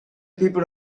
people